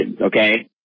okay